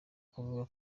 kuvuga